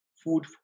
food